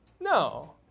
No